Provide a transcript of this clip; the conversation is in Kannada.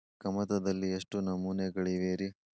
ಕಮತದಲ್ಲಿ ಎಷ್ಟು ನಮೂನೆಗಳಿವೆ ರಿ?